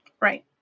Right